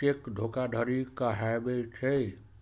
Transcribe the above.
cheque धोखाधड़ी कहाबै छै